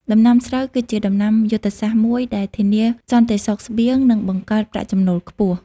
ដំណាំស្រូវគឺជាដំណាំយុទ្ធសាស្ត្រមួយដែលធានាសន្តិសុខស្បៀងនិងបង្កើតប្រាក់ចំណូលខ្ពស់។